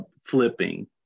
flipping